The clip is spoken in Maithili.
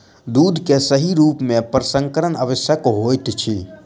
दूध के सही रूप में प्रसंस्करण आवश्यक होइत अछि